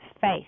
faith